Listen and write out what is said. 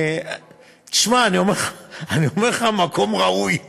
תשמע, אני אומר לך, המקום ראוי.